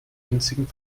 winzigen